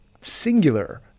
singular